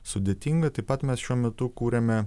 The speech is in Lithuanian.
sudėtinga taip pat mes šiuo metu kuriame